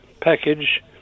package